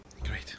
Great